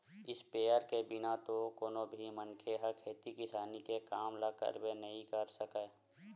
sprayer के बिना तो कोनो भी मनखे ह खेती किसानी के काम ल करबे नइ कर सकय